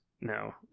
no